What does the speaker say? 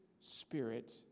spirit